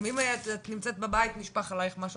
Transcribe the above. לפעמים את נמצאת בבית נשפך עלייך משהו,